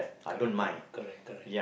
correct correct correct